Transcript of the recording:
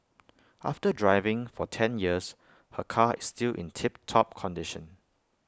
after driving for ten years her car is still in tip top condition